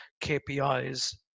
KPIs